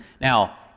Now